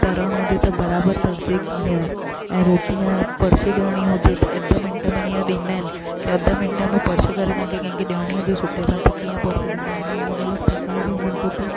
तरिणो हुजे त बराबरि तरिजे कीअं ऐं रोटीअ परोसे ॾियणी हुजे त अधु मिंट में इअं ॾींदा आहिनि की अधु मिंट में परोसे करे तव्हांखे कंहिंखे ॾियणी हुजे सुठे सां त कीअं परोसे ॾींदो इअं अलॻि अलॻि प्रकार जूं हुननि खे हुते